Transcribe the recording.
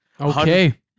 Okay